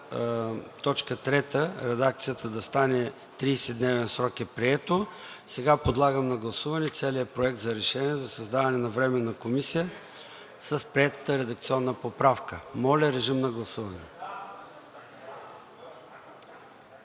за т. 3 редакцията да стане „30-дневен срок“ е прието. Сега подлагам на гласуване целия Проект за решение за създаване на Временна комисия с приетата редакционна поправка. Гласували